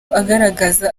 agaragaza